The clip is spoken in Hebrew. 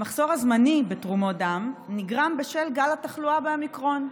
המחסור הזמני בתרומות דם נגרם בשל גל התחלואה באומיקרון.